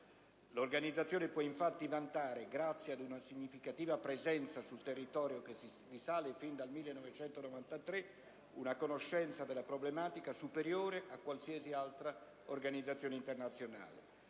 L'Organizzazione può infatti vantare, grazie ad una significativa presenza sul territorio che risale al 1993, una conoscenza della problematica superiore a qualsiasi altra organizzazione internazionale.